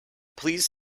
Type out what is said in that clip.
please